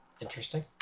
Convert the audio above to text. Interesting